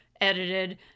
edited